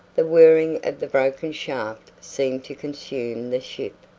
the whirring of the broken shaft seemed to consume the ship.